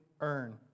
earn